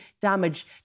damage